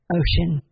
ocean